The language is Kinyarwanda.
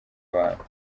abantu